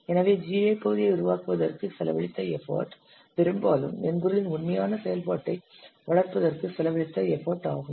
எனவே GUI பகுதியை உருவாக்குவதற்கு செலவழித்த எஃபர்ட் பெரும்பாலும் மென்பொருளின் உண்மையான செயல்பாட்டை வளர்ப்பதற்கு செலவழித்த எஃபர்ட் ஆகும்